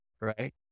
right